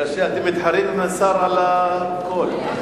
זה קשה, אתם מתחרים על הקול עם השר.